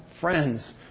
friends